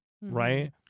right